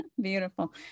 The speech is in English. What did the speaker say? beautiful